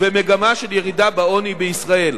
ומגמה של ירידה בעוני בישראל.